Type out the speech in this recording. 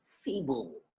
feeble